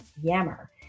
Yammer